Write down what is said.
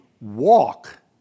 walk